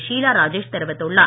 ஷீலா ராஜேஷ் தெரிவித்துள்ளார்